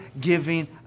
giving